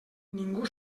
ningú